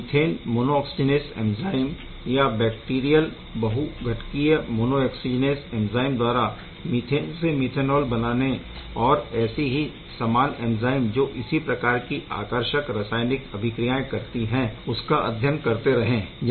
आप methane monooxygenase enzyme या bacterial बहूघटकीय मोनोऑक्सीजिनेस एंज़ाइम द्वारा मीथेन से मीथेनॉल बनाने और ऐसी ही समान एंज़ाइम जो इसी प्रकार की आकर्षक रासायनिक अभिक्रियाएं करती है उसका अध्ययन करते रहें